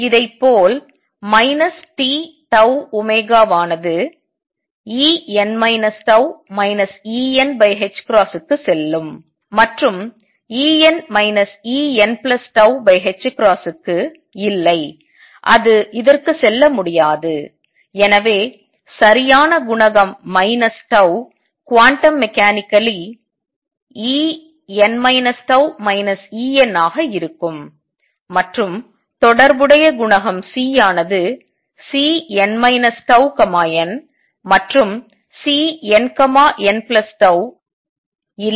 இதைப்போல் tτω ஆனது En τ Enℏ க்கு செல்லும் மற்றும் En Enℏ க்கு இல்லை அது இதற்கு செல்ல முடியாது எனவே சரியான குணகம் τ குவாண்டம் மெக்கானிக்கலி En τ En ஆக இருக்கும் மற்றும் தொடர்புடைய குணகம் C ஆனது Cn τn மற்றும் Cnnτ இல்லை